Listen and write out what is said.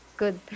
good